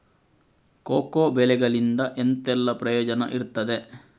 Cocoa ಬೆಳೆಗಳಿಂದ ಎಂತೆಲ್ಲ ಪ್ರಯೋಜನ ಇರ್ತದೆ?